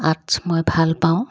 arts মই ভাল পাওঁ